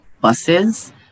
buses